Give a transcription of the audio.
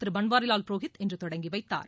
திரு பன்வாரிலால் புரோஹித் இன்று தொடங்கி வைத்தார்